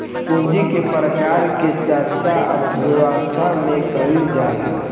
पूंजी के प्रकार के चर्चा अर्थव्यवस्था में कईल जाला